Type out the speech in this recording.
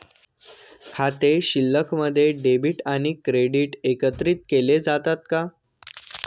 खाते शिल्लकमध्ये डेबिट आणि क्रेडिट एकत्रित केले जातात का?